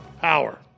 power